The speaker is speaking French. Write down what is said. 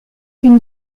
une